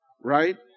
right